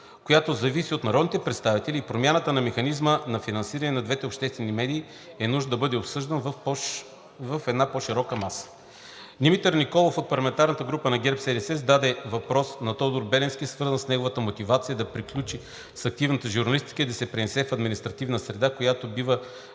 която зависи от народните представители, и промяната на механизма за финансиране на двете обществени медии е нужно да бъде обсъдена на по-широка маса. Димитър Николов от парламентарната група на ГЕРБ-СДС зададе въпрос на Тодор Беленски, свързан с неговата мотивация да приключи с активната журналистика и да се пренесе в административната среда, която бива